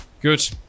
good